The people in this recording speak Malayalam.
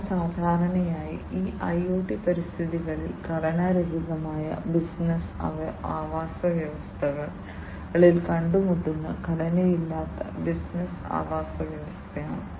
അവ സാധാരണയായി ഈ IoT പരിതസ്ഥിതികളിൽ ഘടനാരഹിതമായ ബിസിനസ്സ് ആവാസവ്യവസ്ഥകളിൽ കണ്ടുമുട്ടുന്ന ഘടനയില്ലാത്ത ബിസിനസ്സ് ആവാസവ്യവസ്ഥയാണ്